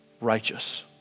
Righteous